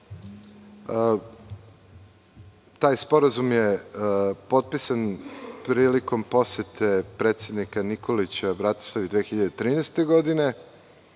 Taj sporazum je potpisan prilikom posete predsednika Nikolića Bratislavi 2013. godine.